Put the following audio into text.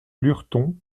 lurton